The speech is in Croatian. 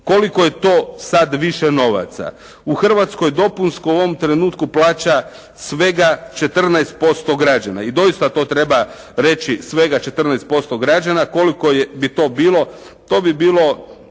Koliko je to sad više novaca? U Hrvatskoj dopunsko u ovom trenutku plaća svega 14% građana i doista to treba reći svega 14% građana. Koliko bi to bilo? To bi bilo